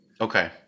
Okay